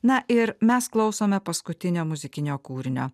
na ir mes klausome paskutinio muzikinio kūrinio